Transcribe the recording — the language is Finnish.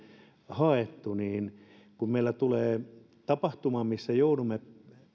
haettu kun meillä tulee tapahtuma missä joudumme